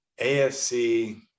AFC